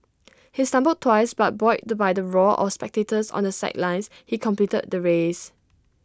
he stumbled twice but buoyed by the roar of spectators on the sidelines he completed the race